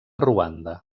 ruanda